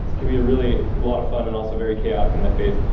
can be really lot of fun and also very chaotic in that phase.